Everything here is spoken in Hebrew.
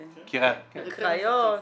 קריות?